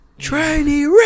Trainee